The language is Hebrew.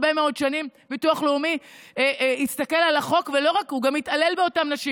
הרבה מאוד שנים ביטוח לאומי הסתכל על החוק והתעלל באותן נשים.